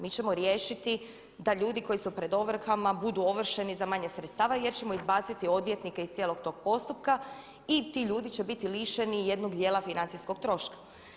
Mi ćemo riješiti da ljudi koji su pred ovrhama budu ovršeni za manje sredstava jer ćemo izbaciti odvjetnike iz cijelog tog postupka i ti ljudi će biti lišeni jednog djela financijskog troška.